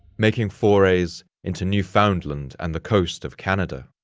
making forays into newfoundland and the coast of canada.